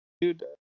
dude